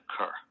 occur